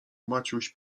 maciuś